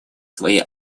свои